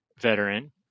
veteran